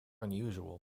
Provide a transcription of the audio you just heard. unusual